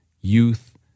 youth